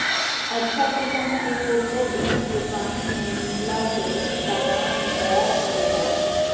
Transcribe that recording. अच्छा किसम के कोको बीज के पानी मे मिला के ऊंच तापमान मे तैयार करल जा हय